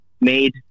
made